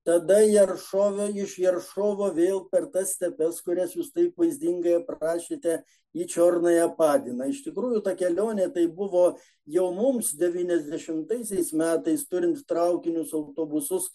tada jaršove iš jeršovo vėl per tas stepes kurias jūs taip vaizdingai aprašėte į čiornąją padiną iš tikrųjų ta kelionė tai buvo jau mums devyniasdešimtaisiais metais turint traukinius autobusus